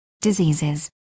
diseases